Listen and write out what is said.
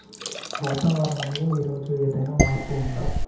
వాతావరణం లో ఈ రోజు ఏదైనా మార్పు ఉందా?